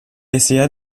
essaya